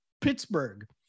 pittsburgh